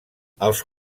els